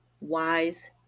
wise